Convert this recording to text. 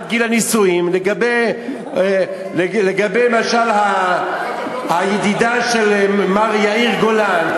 גיל הנישואים למשל הידידה של מר יאיר גולן,